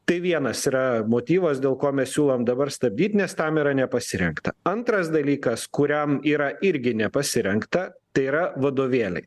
tai vienas yra motyvas dėl ko mes siūlom dabar stabdyt nes tam yra nepasirengta antras dalykas kuriam yra irgi nepasirengta tai yra vadovėliai